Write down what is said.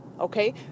Okay